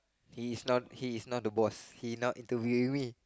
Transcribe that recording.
he's not he's not the boss he not into we we